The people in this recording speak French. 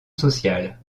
sociale